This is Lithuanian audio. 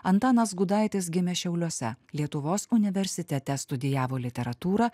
antanas gudaitis gimė šiauliuose lietuvos universitete studijavo literatūrą